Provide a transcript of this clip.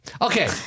Okay